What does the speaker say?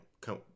come